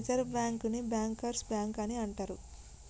reserve బ్యాంకుని bankers bank అని అంటరు